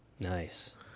Nice